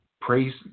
Praise